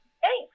Thanks